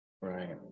Right